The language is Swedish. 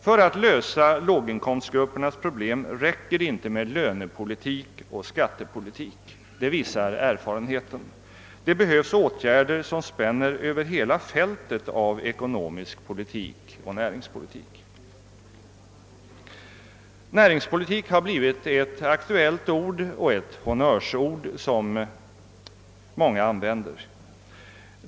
För att lösa låginkomstgruppernas problem räcker det inte med löneoch skattepolitik — det visar erfarenheten. Det behövs åtgärder som spänner över hela fältet av ekonomisk politik och näringspolitik. Näringspolitik har blivit ett aktuellt ord — ett honnörsord som många använder.